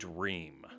Dream